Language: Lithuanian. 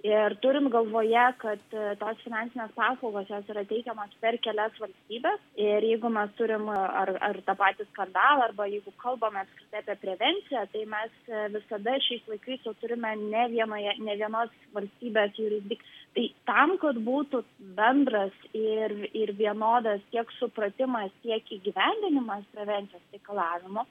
ir turint galvoje kad tos finansinės paslaugos jos yra teikiamos per kelias valstybes ir jeigu mes turim ar ar tą patį skandalą arba jeigu kalbame apie prevenciją tai mes visada šiais laikais jau turime ne vienoje nė vienos valstybės jurisdik tai tam kad būtų bendras ir ir vienodas tiek supratimas tiek įgyvendinimas prevencijos reikalavimo